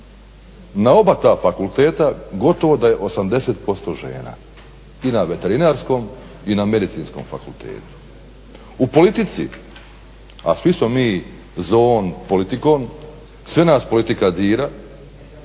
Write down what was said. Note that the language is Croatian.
na oba ta fakulteta gotovo da je 80% žena i na veterinarskom i na Medicinskom fakultetu. U politici, a svi smo mi zoon politicon sve nas politika dira